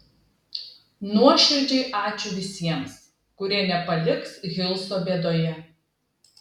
nuoširdžiai ačiū visiems kurie nepaliks hilso bėdoje